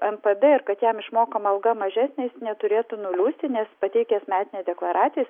npd ir kad jam išmokama alga mažesnė jis neturėtų nuliūsti nes pateikęs metinę deklaraciją jis